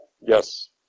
Yes